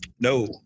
No